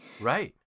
Right